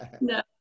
No